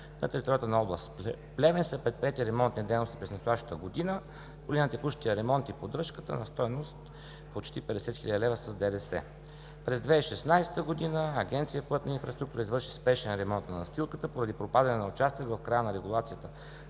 на територията на област Плевен, са предприети ремонтни дейности по линия на текущия ремонт и поддръжката на стойност почти 50 хил. лв. с ДДС. През 2016 г. Агенция „Пътна инфраструктура“ извърши спешен ремонт на настилката поради пропадане на участък в края на регулацията